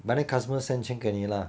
but then customer send 钱给你啦